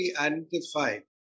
identified